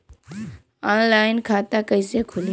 Online खाता कइसे खुली?